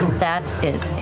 that is a